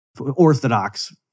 orthodox